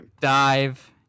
dive